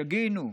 שגינו.